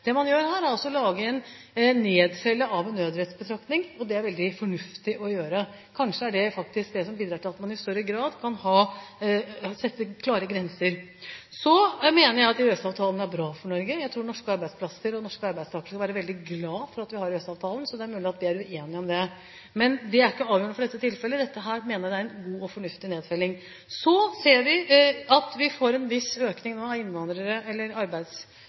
Det man altså gjør her, er å nedfelle en nødrettsbetraktning, og det er det veldig fornuftig å gjøre. Kanskje er det faktisk det som bidrar til at man i større grad kan sette klare grenser. Så mener jeg at EØS-avtalen er bra for Norge. Jeg tror norske arbeidsplasser og norske arbeidstakere skal være veldig glad for at vi har EØS-avtalen. Det er mulig at vi er uenige om det, men det er ikke avgjørende i dette tilfellet. Dette mener jeg er en god og fornuftig nedfelling. Så ser vi at vi nå får en viss økning av